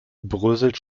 bröselt